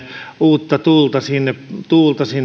uutta tuulta